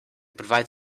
provide